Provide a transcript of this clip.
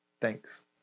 Thanks